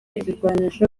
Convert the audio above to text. ibirwanisho